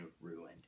ruined